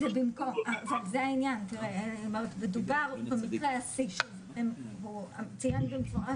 זה העניין מדובר במקרה שציינת במפורש